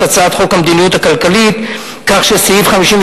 הצעת חוק המדיניות הכלכלית כך שסעיף 53(7)